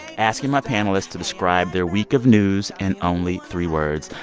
asking my panelists to describe their week of news in only three words.